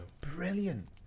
Brilliant